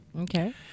Okay